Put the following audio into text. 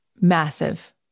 massive